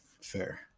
Fair